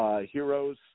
heroes